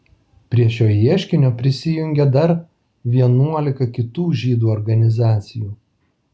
prie šio ieškinio prisijungė dar vienuolika kitų žydų organizacijų